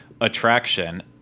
attraction